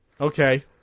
Okay